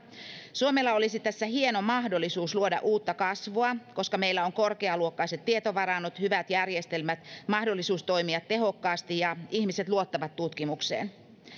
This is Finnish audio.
suomella olisi tässä hieno mahdollisuus luoda uutta kasvua koska meillä on korkealuokkaiset tietovarannot hyvät järjestelmät mahdollisuus toimia tehokkaasti ja ihmiset luottavat tutkimukseen